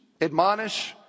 admonish